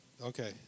Okay